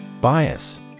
Bias